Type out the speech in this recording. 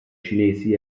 cinesi